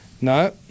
No